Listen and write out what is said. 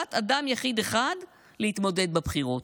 טובת אדם יחיד, אחד, להתמודד בבחירות.